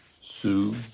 Sue